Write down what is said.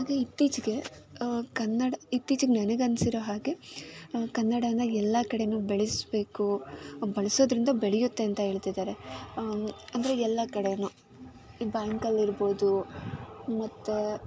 ಹಾಗೆ ಇತ್ತೀಚೆಗೆ ಕನ್ನಡ ಇತ್ತೀಚಿಗೆ ನನಗೆ ಅನ್ಸಿರೋ ಹಾಗೆ ಕನ್ನಡನ ಎಲ್ಲ ಕಡೆಯೂ ಬೆಳೆಸಬೇಕು ಬಳಸೋದ್ರಿಂದ ಬೆಳೆಯುತ್ತೆ ಅಂತ ಹೇಳ್ತಿದ್ದಾರೆ ಅಂದರೆ ಎಲ್ಲ ಕಡೆಯೂ ಈ ಬ್ಯಾಂಕಲ್ಲಿ ಇರ್ಬೋದು ಮತ್ತು